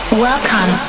Welcome